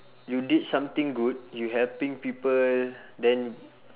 you did something good you helping people then